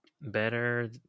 better